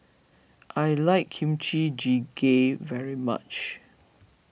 I like Kimchi Jjigae very much